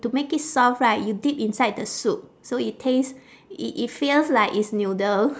to make it soft right you dip inside the soup so it tastes it it feels like it's noodle